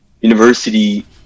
university